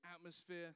atmosphere